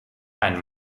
einen